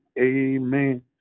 Amen